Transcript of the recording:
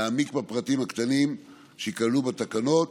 להעמיק בפרטים הקטנים שייכללו בתקנות